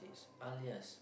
is alias